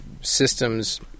systems